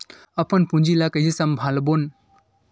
अपन पूंजी ला कइसे संभालबोन?